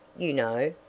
you know,